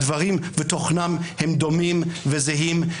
הדברים ותוכנם הם דומים וזהים.